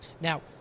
Now